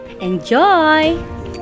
Enjoy